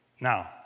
Now